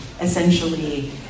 essentially